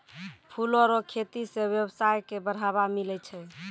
फूलो रो खेती से वेवसाय के बढ़ाबा मिलै छै